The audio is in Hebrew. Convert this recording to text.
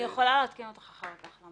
אני יכולה לעדכן אותך אחר כך.